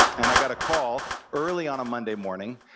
and i got a call early on a monday morning,